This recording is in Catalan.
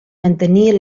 mantenir